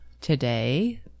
today